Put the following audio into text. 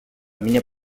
vinya